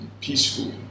peaceful